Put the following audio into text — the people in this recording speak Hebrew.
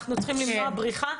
אנחנו צריכים למנוע בריחה,